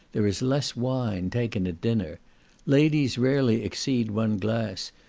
there is less wine taken at dinner ladies rarely exceed one glass,